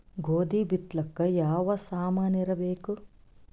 ಗೋಧಿ ಬಿತ್ತಲಾಕ ಯಾವ ಸಾಮಾನಿರಬೇಕು?